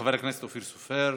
חבר הכנסת אופיר סופר.